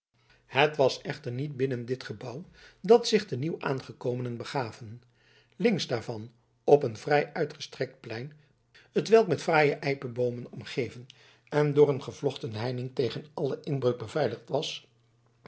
het was echter niet binnen dit gebouw dat zich de nieuw aankomenden begaven links daarvan op een vrij uitgestrekt plein hetwelk met fraaie ijpeboomen omgeven en door een gevlochten heining tegen alle inbreuk beveiligd was